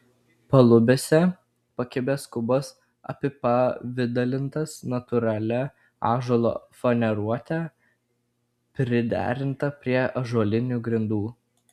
palubėse pakibęs kubas apipavidalintas natūralia ąžuolo faneruote priderinta prie ąžuolinių grindų